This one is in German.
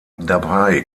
dabei